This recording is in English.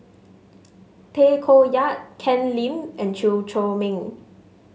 Tay Koh Yat Ken Lim and Chew Chor Meng